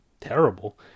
terrible